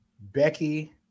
Becky